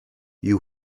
you